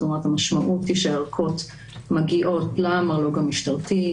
זאת אומרת: המשמעות היא שהערכות מגיעות למרלו"ג המשטרתי,